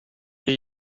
hier